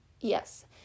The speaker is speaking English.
Yes